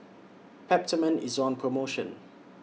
Peptamen IS on promotion